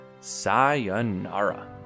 Sayonara